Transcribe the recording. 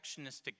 protectionistic